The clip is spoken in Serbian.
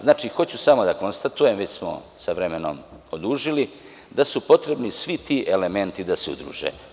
Znači, hoću samo da konstatujem, već smo sa vremenom odužili, da je potrebno svi ti elementi da se udruže.